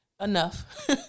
enough